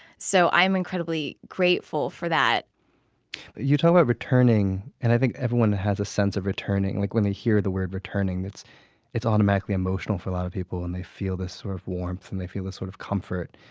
so i'm incredibly grateful for that you talk about returning, and i think everyone has a sense of returning. like when they hear the word returning, it's it's automatically emotional for a lot of people. and they feel this sort of warmth and they feel this sort of comfort.